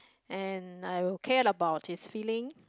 and I will care about his feeling